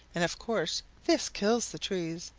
and of course this kills the trees.